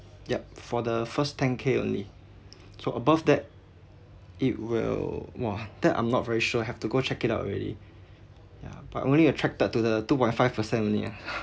yup for the first ten K only so above that it will !wah! that I'm not very sure I have to go check it out already ya but only attracted to the two point five percent only ah